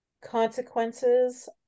consequences